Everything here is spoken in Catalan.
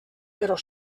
però